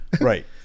Right